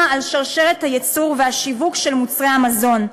על שרשרת הייצור והשיווק של מוצרי המזון.